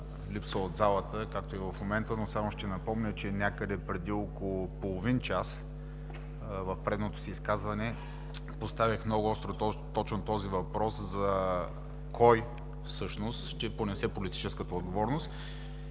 поставих много остро точно този въпрос: кой всъщност ще понесе политическата отговорност.